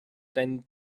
than